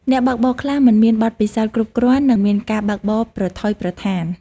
អ្នកបើកបរខ្លះមិនមានបទពិសោធន៍គ្រប់គ្រាន់និងមានការបើកបរប្រថុយប្រថាន។